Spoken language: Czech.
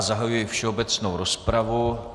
Zahajuji všeobecnou rozpravu.